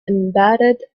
embedded